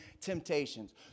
temptations